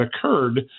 occurred